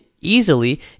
easily